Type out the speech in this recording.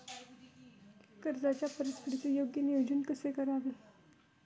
कर्जाच्या परतफेडीचे योग्य नियोजन कसे करावे?